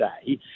today